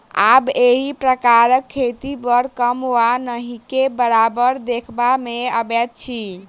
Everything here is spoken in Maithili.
आब एहि प्रकारक खेती बड़ कम वा नहिके बराबर देखबा मे अबैत अछि